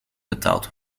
betaald